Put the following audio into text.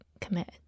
commit